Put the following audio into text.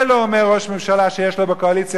זה לא אומר ראש ממשלה שיש לו בקואליציה